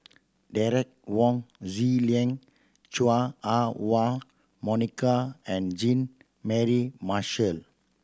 Derek Wong Zi Liang Chua Ah Huwa Monica and Jean Mary Marshall